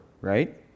right